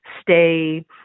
stay